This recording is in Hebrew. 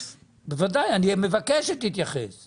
בואו ניטול קורה מבין עינינו לרגע,